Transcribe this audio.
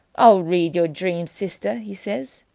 i'll read your dream, sister, he says,